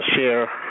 share